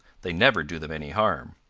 they never do them any harm.